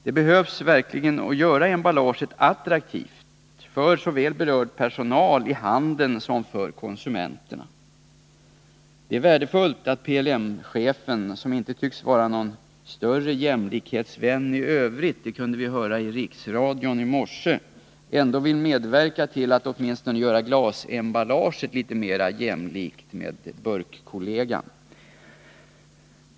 Det behövs verkligen att man gör emballaget attraktivt såväl för berörd personal i handeln som för konsumenterna. Det är värdefullt att PLM-chefen, som inte tycks vara någon större jämlikhetsvän i övrigt — det kunde vi höra i riksradion i morse — ändå vill medverka till att åtminstone göra glasemballaget litet mera jämlikt med burkkollegan.